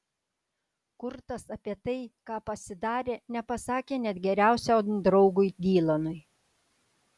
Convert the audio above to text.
kurtas apie tai ką pasidarė nepasakė net geriausiam draugui dylanui